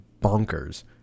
bonkers